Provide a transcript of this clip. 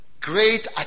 great